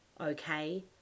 okay